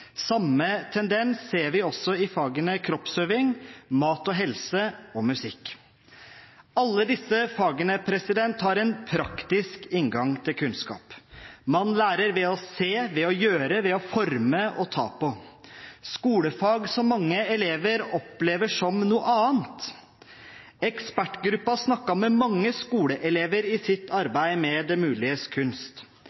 Samme tendens ser vi også i fagene kroppsøving, mat og helse og musikk. Alle disse fagene har en praktisk inngang til kunnskap. Man lærer ved å se, ved å gjøre, ved å forme og ta på – skolefag som mange elever opplever som noe annet. Ekspertgruppen snakket med mange skoleelever i sitt arbeid med Det muliges kunst.